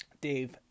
Dave